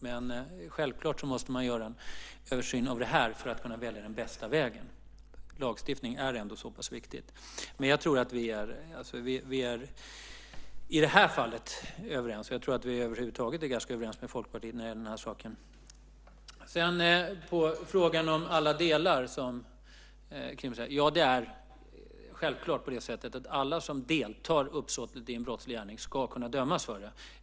Men självfallet måste man göra en översyn av det här för att kunna välja den bästa vägen. Lagstiftning är ändå så pass viktigt. Jag tror att vi är överens i det här fallet, och jag tror att vi över huvud taget är ganska överens med Folkpartiet när det gäller den här saken. På frågan som ställdes om alla delar kan jag svara att det självklart är så att alla som deltar uppsåtligt i en brottslig gärning ska kunna dömas för det.